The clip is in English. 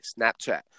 Snapchat